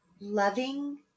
loving